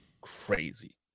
crazy